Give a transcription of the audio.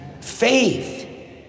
faith